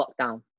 lockdown